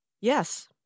Yes